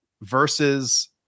versus